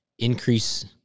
Increase